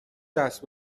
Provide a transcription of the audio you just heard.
دست